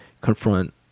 confront